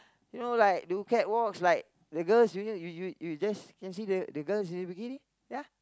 you know like do catwalks like the girls you you you just can see the the girls in the bikini ya